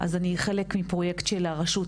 אז אני חלק מפרויקט של הרשות,